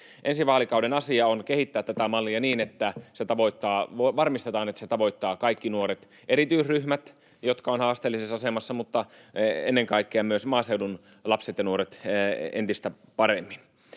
Ensi vaalikauden asia on kehittää tätä mallia niin, että varmistetaan, että se tavoittaa kaikki nuoret, erityisryhmät, jotka ovat haasteellisessa asemassa, mutta ennen kaikkea myös maaseudun lapset ja nuoret entistä paremmin.